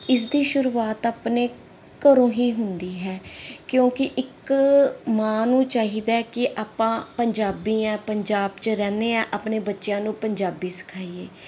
ਇਸ ਦੀ ਸ਼ੁਰੂਆਤ ਆਪਣੇ ਘਰੋਂ ਹੀ ਹੁੰਦੀ ਹੈ ਕਿਉਂਕਿ ਇੱਕ ਮਾਂ ਨੂੰ ਚਾਹੀਦਾ ਕਿ ਆਪਾਂ ਪੰਜਾਬੀ ਆਂ ਪੰਜਾਬ ਚ ਰਹਿੰਦੇ ਆਂ ਆਪਣੇ ਬੱਚਿਆਂ ਨੂੰ ਪੰਜਾਬੀ ਸਿਖਾਈਏ